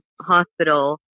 hospital